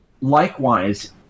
Likewise